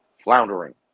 floundering